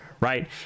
Right